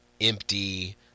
empty